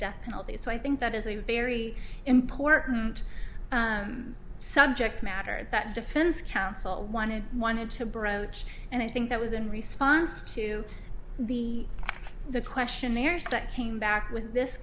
death penalty so i think that is a very important subject matter that defense counsel wanted wanted to broach and i think that was in response to the the questionnaires that came back with this